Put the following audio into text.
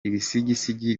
ibisigisigi